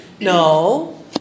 No